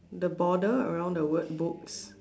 the border around the word books